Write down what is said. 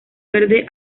verde